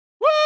Woo